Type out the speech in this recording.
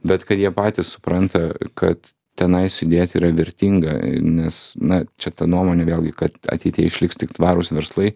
bet kad jie patys supranta kad tenais judėti yra vertinga nes na čia ta nuomonė vėlgi kad ateityje išliks tik tvarūs verslai